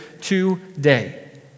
today